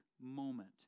moment